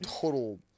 total